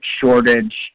shortage